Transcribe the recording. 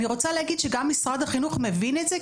אני רוצה להגיד שגם משרד החינוך מבין את זה,